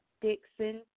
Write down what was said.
dixon